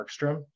Markstrom